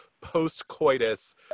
post-coitus